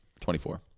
24